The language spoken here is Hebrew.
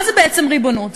מה זה בעצם ריבונות?